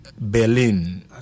Berlin